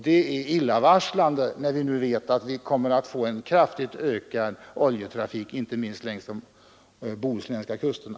Det är illavarslande när vi nu vet att vi kommer att få en kraftigt ökad oljetrafik, inte minst längs de bohuslänska kusterna.